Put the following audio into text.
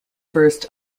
first